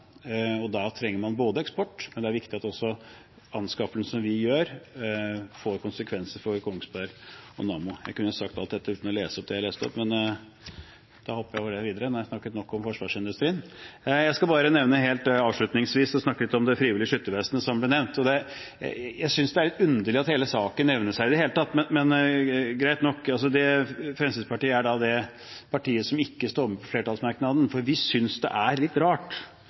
landet. Da trenger man eksport, men det er også viktig at anskaffelsene vi gjør, får konsekvenser for Kongsberg og Nammo. – Jeg kunne sagt alt dette uten å lese opp det jeg har lest opp, men da hopper jeg over det videre; nå har jeg snakket nok om forsvarsindustrien. Jeg skal bare helt avslutningsvis snakke litt om Det frivillige Skyttervesen, som er blitt nevnt. Jeg synes det er litt underlig at hele saken nevnes her i det hele tatt, men greit nok. Fremskrittspartiet er det partiet som ikke er med på flertallsmerknaden, for vi synes det er litt rart.